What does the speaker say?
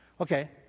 okay